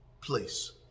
place